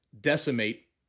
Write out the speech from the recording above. decimate